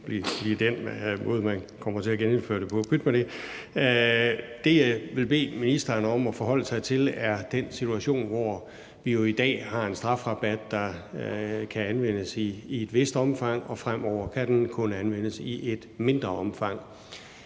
jeg vil bede ministeren om at forholde sig til, er den situation, at vi jo i dag har en strafrabat, der kan anvendes i et vist omfang, og som fremover kun kan anvendes i et mindre omfang.